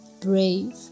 brave